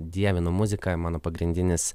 dievinu muziką mano pagrindinis